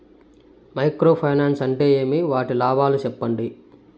Micro finance అంటే ఏమి? వాటి లాభాలు సెప్పండి?